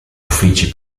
uffici